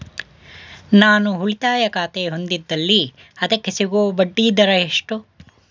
ನಾನು ಉಳಿತಾಯ ಖಾತೆ ಹೊಂದಿದ್ದಲ್ಲಿ ಅದಕ್ಕೆ ಸಿಗುವ ಬಡ್ಡಿ ದರ ಎಷ್ಟು?